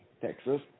Texas